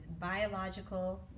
biological